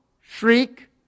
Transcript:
shriek